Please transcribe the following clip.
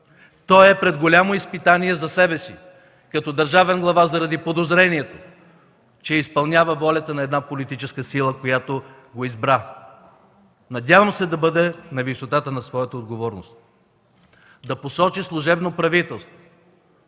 Той е пред голямо изпитание за себе си като държавен глава заради подозрението, че изпълнява волята на една политическа сила, която го избра. Надявам се да бъде на висотата на своята отговорност – да посочи служебно правителство,